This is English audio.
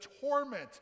torment